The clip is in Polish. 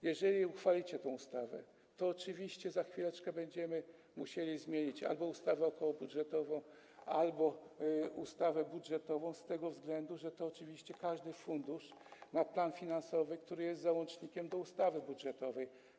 Jeżeli uchwalicie tę ustawę, to oczywiście za chwileczkę będziemy musieli zmienić albo ustawę okołobudżetową, albo ustawę budżetową z tego względu, że oczywiście każdy fundusz ma plan finansowy, który jest załącznikiem do ustawy budżetowej.